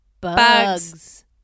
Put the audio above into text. Bugs